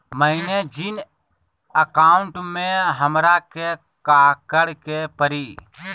मैंने जिन अकाउंट में हमरा के काकड़ के परी?